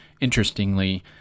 interestingly